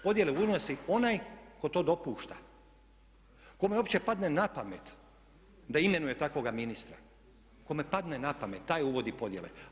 Podjele unosi onaj tko to dopušta, kome uopće padne na pamet da imenuje takvoga ministra, kome padne na pamet taj uvodi podjele.